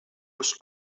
was